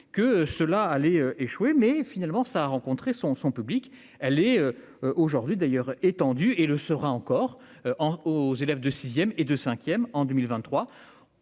que cela allait échouer mais finalement ça a rencontré son son public, elle est aujourd'hui d'ailleurs étendu et le sera encore en aux élèves de 6ème et de 5ème en 2023